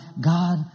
God